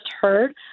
heard